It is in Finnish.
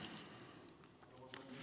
kanervalle